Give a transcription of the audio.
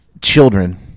children